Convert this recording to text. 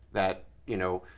that you know,